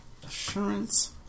assurance